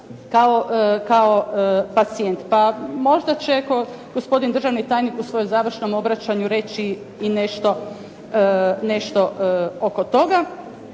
kao pacijent. Pa možda će gospodin državni tajnik u svojem završnom obraćanju reći i nešto oko toga.